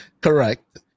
correct